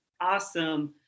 Awesome